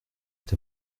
est